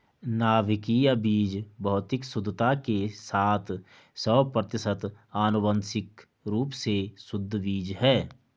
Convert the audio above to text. नाभिकीय बीज भौतिक शुद्धता के साथ सौ प्रतिशत आनुवंशिक रूप से शुद्ध बीज है